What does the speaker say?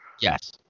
Yes